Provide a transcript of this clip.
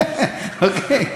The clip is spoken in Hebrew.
אוקיי?